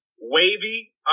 Wavy